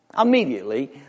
Immediately